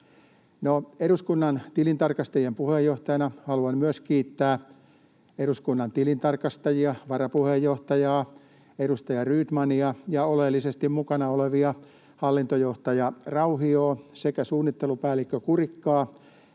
eduskunnan tilintarkastajien puheenjohtajana haluan kiittää myös eduskunnan tilintarkastajia — varapuheenjohtajaa ja edustaja Rydmania — ja oleellisesti mukana olevia hallintojohtaja Rauhiota sekä suunnittelupäällikkö Kurikkaa.